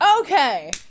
Okay